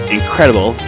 incredible